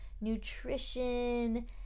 nutrition